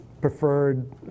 preferred